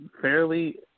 fairly